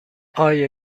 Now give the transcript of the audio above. آیا